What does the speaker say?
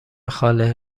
خاله